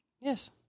Yes